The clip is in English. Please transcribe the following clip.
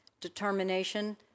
determination